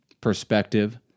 perspective